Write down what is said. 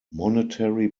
monetary